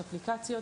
יש אפליקציות